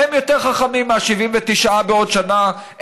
הם יותר חכמים מ-79 בעוד שנה,